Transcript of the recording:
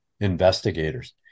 investigators